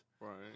Right